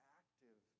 active